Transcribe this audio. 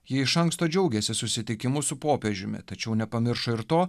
ji iš anksto džiaugėsi susitikimu su popiežiumi tačiau nepamiršo ir to